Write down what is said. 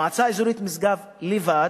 מועצה אזורית משגב לבד,